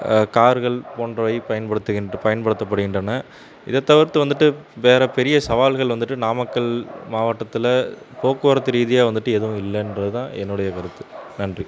கார்கள் போன்றவை பயன்படுத்துகின்ற பயன்படுத்தப்படுகின்றன இதைத் தவிர்த்து வந்துவிட்டு வேறு பெரிய சவால்கள் வந்துவிட்டு நாமக்கல் மாவட்டத்தில் போக்குவரத்து ரீதியாக வந்துவிட்டு எதுவும் இல்லேன்றதுதான் என்னுடைய கருத்து நன்றி